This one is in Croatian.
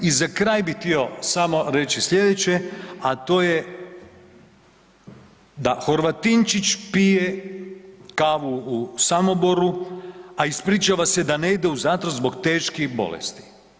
I za kraj bi htio samo reći slijedeće, a to je da Horvatinčić pije kavu u Samoboru, a ispričava se da ne ide u zatvor zbog teških bolesti.